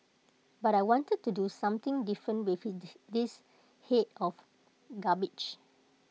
but I wanted to do something different with this Head of cabbage